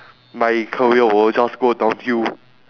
my career will just go downhill